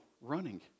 running